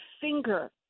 finger